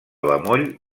bemoll